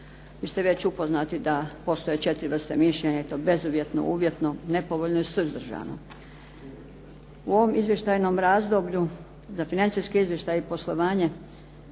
Vi ste već upoznati da postoje 4 vrste mišljenja i to bezuvjetno, uvjetno, nepovoljno i suzdržano. U ovom izvještajnom razdoblju za financijske izvještaje i poslovanje